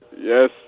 Yes